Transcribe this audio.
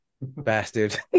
bastard